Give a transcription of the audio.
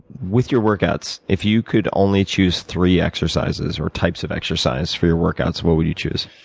with your work outs, if you could only choose three exercises or types of exercise for your work outs, what would you choose?